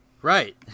Right